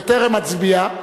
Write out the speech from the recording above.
בטרם אצביע,